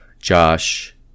Josh